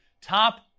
Top